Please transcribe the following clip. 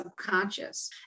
subconscious